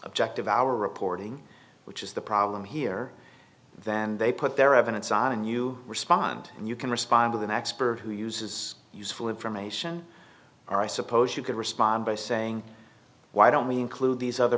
objective our reporting which is the problem here then they put their evidence on and you respond and you can respond with an expert who uses useful information or i suppose you could respond by saying why don't we include the